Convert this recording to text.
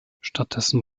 stattdessen